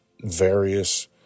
various